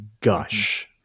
gush